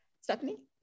Stephanie